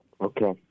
Okay